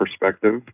perspective